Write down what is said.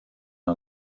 our